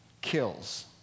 kills